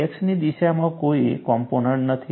x ની દિશામાં કોઈ કોમ્પોનન્ટ નથી